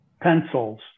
pencils